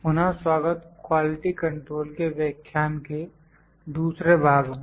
पुनः स्वागत quality control के व्याख्यान के दूसरे भाग में